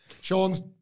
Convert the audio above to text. Sean's